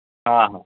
હા હા